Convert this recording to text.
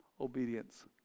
Obedience